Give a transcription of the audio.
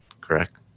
Correct